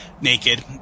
naked